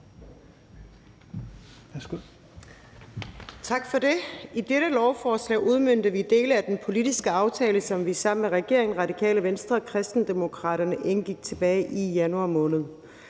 Tak for det. I dette lovforslag udmønter vi dele af den politiske aftale, som vi sammen med regeringen, Radikale Venstre og Kristendemokraterne indgik tilbage i januar måned.